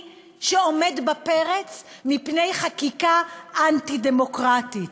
שעומד בפרץ כשיש חקיקה אנטי-דמוקרטית.